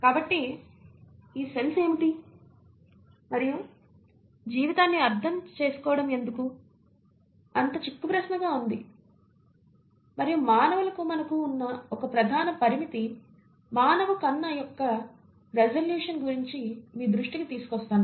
కాబట్టి ఈ సెల్స్ ఏమిటి మరియు జీవితాన్ని అర్థం చేసుకోవడం ఎందుకు అంత చిక్కుప్రశ్న గా ఉంది మరియు మానవులుగా మనకు ఉన్న ఒక ప్రధాన పరిమితి మానవ కన్ను యొక్క రిసొల్యూషన్ గురించి మీ దృష్టికి తీసుకువస్తాను